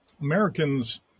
Americans